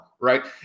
right